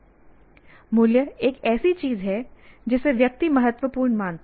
मूल्य एक ऐसी चीज है जिसे व्यक्ति महत्वपूर्ण मानता है